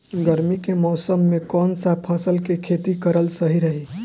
गर्मी के मौषम मे कौन सा फसल के खेती करल सही रही?